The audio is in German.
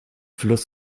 fluss